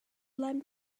lend